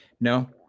No